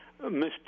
Mr